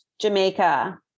Jamaica